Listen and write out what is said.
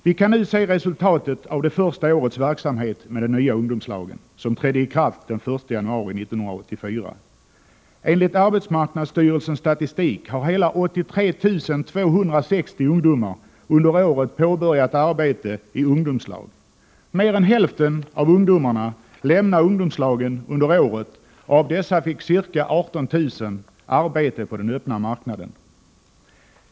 Vi kan nu se resultatet av det första årets verksamhet med den nya ungdomslagen, som trädde i kraft den 1 januari 1984. Enligt arbetsmarknadsstyrelsens statistik har hela 83 260 ungdomar under året påbörjat arbete i ungdomslag. Mer än hälften lämnade ungdomslagen under året och därav fick ca 18 000 arbete på den öppna marknaden.